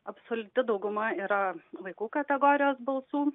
absoliuti dauguma yra vaikų kategorijos balsų